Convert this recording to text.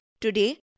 Today